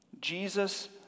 Jesus